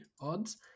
odds